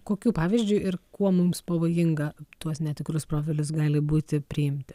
kokiu pavyzdžiu ir kuo mums pavojinga tuos netikrus profilius gali būti priimti